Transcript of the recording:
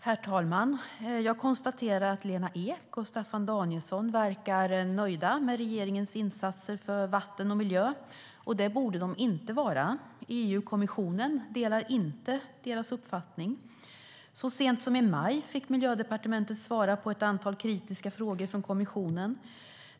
Herr talman! Jag konstaterar att Lena Ek och Staffan Danielsson verkar nöjda med regeringens insatser för vatten och miljö. Det borde de inte vara. EU-kommissionen delar inte deras uppfattning. Så sent som i maj fick Miljödepartementet svara på ett antal kritiska frågor från kommissionen.